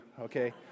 okay